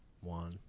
One